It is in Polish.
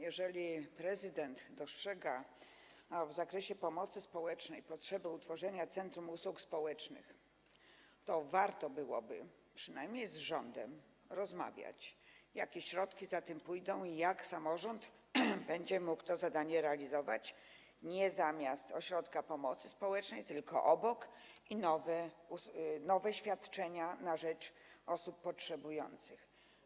Jeżeli prezydent dostrzega w zakresie pomocy społecznej potrzebę utworzenia centrum usług społecznych, to warto byłoby, przynajmniej z rządem, rozmawiać, jakie środki za tym pójdą, jak samorząd będzie mógł to zadanie realizować, nie zamiast ośrodka pomocy społecznej, tylko obok, i jakie będą nowe świadczenia na rzecz osób potrzebujących.